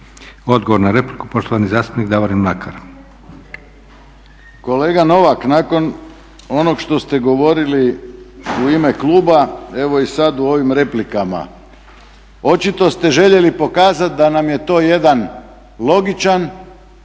Odgovor na repliku poštovani zastupnik Davorin Mlakar. **Mlakar, Davorin (HDZ)** Kolega Novak, nakon onog što ste govorili u ime kluba, evo i sad u ovim replikama. Očito ste željeli pokazati da nam je to jedan logičan,